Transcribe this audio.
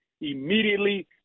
immediately